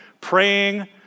praying